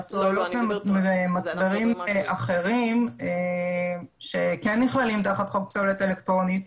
על מצברים אחרים שכן נכללים בחוק פסולת אלקטרונית,